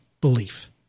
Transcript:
belief